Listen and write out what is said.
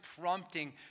prompting